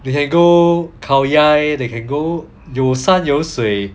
you can go khao yai they can go 有山有水